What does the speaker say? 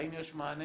האם יש מענה